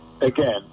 Again